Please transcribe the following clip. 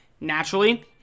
Naturally